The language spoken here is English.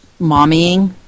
mommying